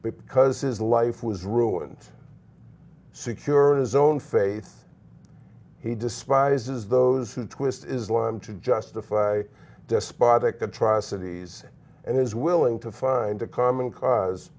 because his life was ruined secured his own faith he despises those who twist islam to justify despotic atrocities and is willing to find a common ca